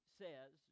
says